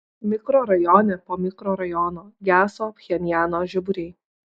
mikrorajone po mikrorajono geso pchenjano žiburiai